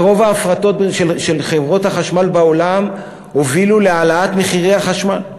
רוב ההפרטות של חברות החשמל בעולם הובילו להעלאת מחירי החשמל.